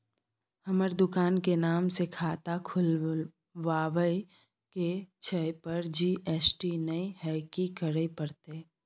हमर दुकान के नाम से खाता खुलवाबै के छै पर जी.एस.टी नय हय कि करे परतै?